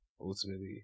ultimately